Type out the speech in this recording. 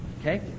Okay